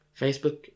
Facebook